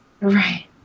Right